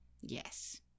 yes